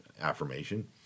affirmation